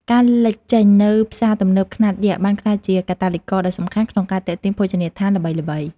ការលេចចេញនូវផ្សារទំនើបខ្នាតយក្សបានក្លាយជាកាតាលីករដ៏សំខាន់ក្នុងការទាក់ទាញភោជនីយដ្ឋានល្បីៗ។